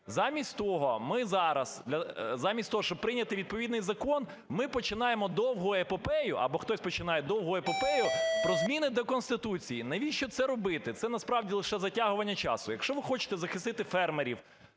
замість того, щоб прийняти відповідний закон, ми починаємо довгу епопею, або хтось починає довгу епопею, про зміни до Конституції. Навіщо це робити? Це насправді лише затягування часу. Якщо ви хочете захистити фермерів,